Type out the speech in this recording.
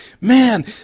man